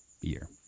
year